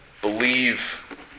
believe